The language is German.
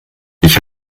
ich